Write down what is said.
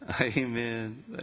amen